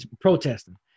protesting